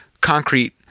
concrete